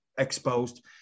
Exposed